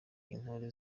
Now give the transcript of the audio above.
intore